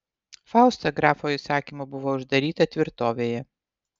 fausta grafo įsakymu buvo uždaryta tvirtovėje